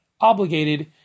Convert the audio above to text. obligated